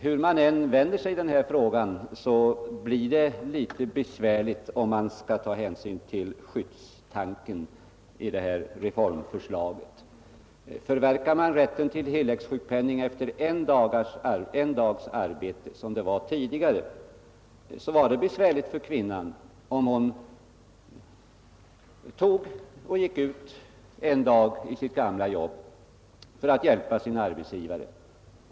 Hur man än vänder sig i denna fråga blir det litet besvärligt om man skall ta hänsyn till skyddstanken i reformförslaget. När rätten till tilläggssjukpenning var förverkad efter en dags arbete, som den var tidigare, var det besvärligt för kvinnan om hon en dag gick tillbaka i sitt gamla jobb för att hjälpa sin arbetsgivare.